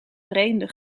vreemde